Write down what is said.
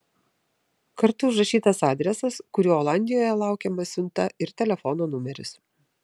kartu užrašytas adresas kuriuo olandijoje laukiama siunta ir telefono numeris